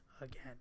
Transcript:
again